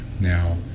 now